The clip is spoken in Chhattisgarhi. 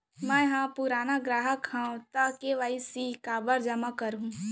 मैं ह पुराना ग्राहक हव त के.वाई.सी काबर जेमा करहुं?